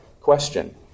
question